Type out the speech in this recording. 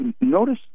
notice